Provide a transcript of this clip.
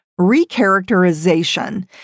recharacterization